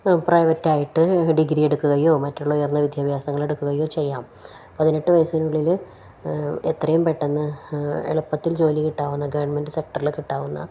പ്രൈവറ്റായിട്ട് degree എടുക്കുകയോ മറ്റുള്ള ഉയർന്ന വിദ്യാഭ്യാസങ്ങളെടുക്കുകയോ ചെയ്യാം പതിനെട്ട് വയസ്സിനുള്ളില് എത്രയും പെട്ടെന്ന് എളുപ്പത്തിൽ ജോലി കിട്ടാവുന്ന ഗവൺമെന്റ് സെക്ടറില് കിട്ടാവുന്ന